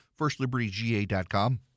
FirstLibertyGA.com